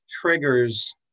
triggers